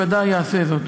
ודאי יעשה זאת.